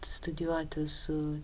studijuoti su